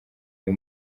ayo